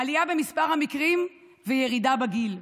עלייה במספר המקרים וירידה בגיל.